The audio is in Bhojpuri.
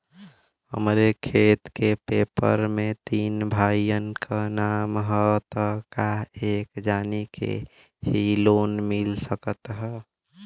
हमरे खेत के पेपर मे तीन भाइयन क नाम ह त का एक जानी के ही लोन मिल सकत ह?